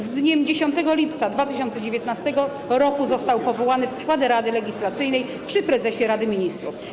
Z dniem 10 lipca 2019 r. został powołany w skład Rady Legislacyjnej przy Prezesie Rady Ministrów.